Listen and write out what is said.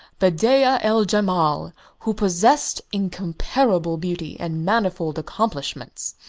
bedeea-el-jemal, who possessed incomparable beauty and manifold accomplishments.